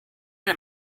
der